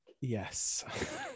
Yes